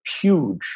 huge